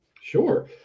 Sure